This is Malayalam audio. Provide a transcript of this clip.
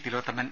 തിലോത്തമൻ